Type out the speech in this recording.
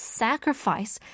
sacrifice